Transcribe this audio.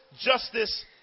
justice